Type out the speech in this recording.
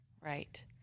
Right